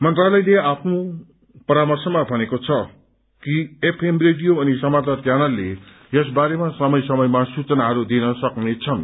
मन्त्रालयले आफ्नो परामर्शमा भनेको छ कि एफएम रेडियो अनि समाचार च्यानलले या बारेमा समय समयमा सूचनाहरू दिन सक्नेछन्